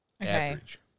Average